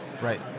Right